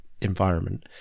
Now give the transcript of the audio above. environment